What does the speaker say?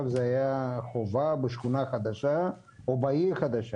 זה היה חובה בשכונה חדשה או בעיר חדשה,